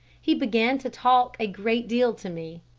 he began to talk a great deal to me.